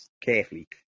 carefully